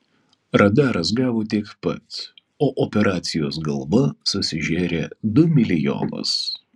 radaras gavo tiek pat o operacijos galva susižėrė du milijonus